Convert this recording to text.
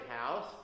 house